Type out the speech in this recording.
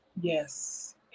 Yes